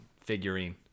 figurine